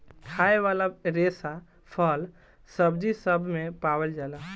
खाए वाला रेसा फल, सब्जी सब मे पावल जाला